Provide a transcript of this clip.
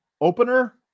opener